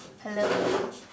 hello